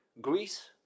Greece